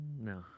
No